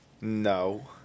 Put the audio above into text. No